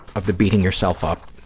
of the beating yourself up.